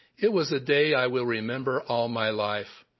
it was a day i will remember all my life.